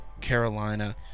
Carolina